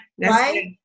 Right